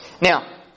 Now